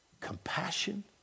compassion